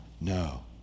No